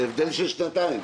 זה הבדל של שנתיים.